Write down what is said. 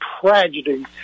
tragedy